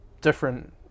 different